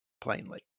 plainly